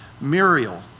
muriel